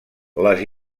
les